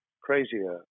crazier